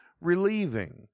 relieving